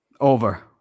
over